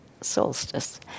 solstice